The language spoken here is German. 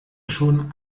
schon